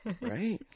right